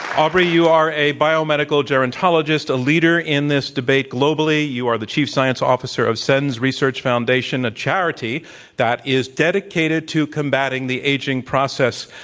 aubrey, you are a biomedical gerontologist, a leader in this debate globally. you are the chief science officer of sens research foundation, a charity that is dedicated to combatting the aging process.